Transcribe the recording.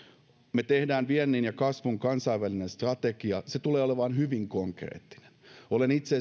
me teemme viennin ja kasvun kansainvälisen strategian se tulee olemaan hyvin konkreettinen olen esimerkiksi itse